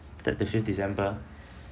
third till fifth december